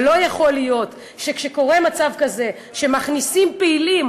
ולא יכול להיות שכשקורה מצב כזה שמכניסים פעילים,